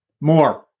more